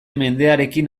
mendearekin